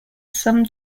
some